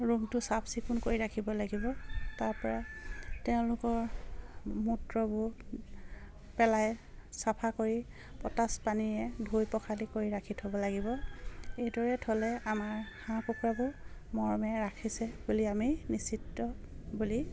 ৰুমটো চাফ চিকুণ কৰি ৰাখিব লাগিব তাৰপৰা তেওঁলোকৰ মূত্ৰবোৰ পেলাই চাফা কৰি পটাচ পানীৰে ধুই পখালি কৰি ৰাখি থ'ব লাগিব এইদৰে থ'লে আমাৰ হাঁহ কুকুৰাবোৰ মৰমে ৰাখিছে বুলি আমি নিশ্চিত বুলি